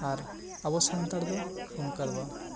ᱟᱨ ᱟᱵᱚ ᱥᱟᱱᱛᱟᱲ ᱫᱚ ᱚᱱᱠᱟ ᱫᱚ ᱵᱟᱝ